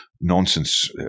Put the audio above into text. nonsense